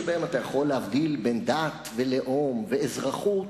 שבהם אתה יכול להבדיל בין דת ולאום ואזרחות,